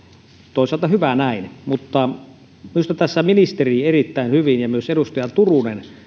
toisaalta hyvä näin minusta tässä ministeri erittäin hyvin ja myös edustaja turunen